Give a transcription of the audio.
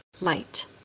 light